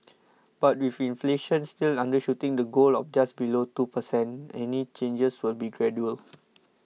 but with inflation still undershooting the goal of just below two per cent any changes will be gradual